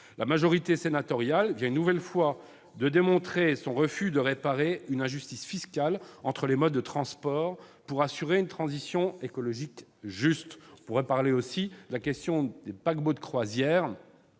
La majorité sénatoriale vient une nouvelle fois de démontrer son refus de réparer une injustice fiscale entre les modes de transport pour assurer une transition écologique juste. Je pourrais également évoquer les paquebots de croisière